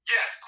Yes